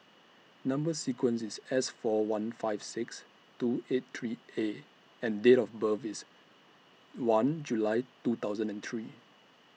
Number sequence IS S four one five six two eight three A and Date of birth IS one July two thousand and three